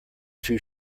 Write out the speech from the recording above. too